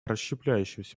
расщепляющемся